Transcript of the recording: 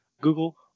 google